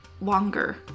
longer